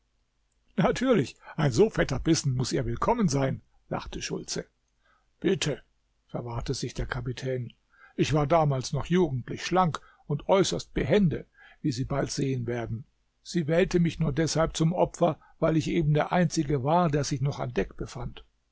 natürlich ein so fetter bissen mußte ihr willkommen sein lachte schultze bitte verwahrte sich der kapitän ich war damals noch jugendlich schlank und äußerst behende wie sie bald sehen werden sie wählte mich nur deshalb zum opfer weil ich eben der einzige war der sich noch an deck befand